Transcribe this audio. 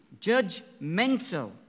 judgmental